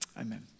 amen